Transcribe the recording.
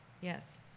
Yes